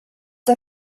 der